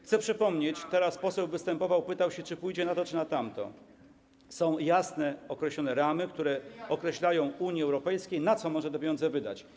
Chcę przypomnieć - teraz poseł występował i pytał, czy to pójdzie na to czy na tamto - że są jasno określone ramy, które wskazują Unii Europejskiej, na co może te pieniądze wydać.